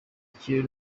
kintu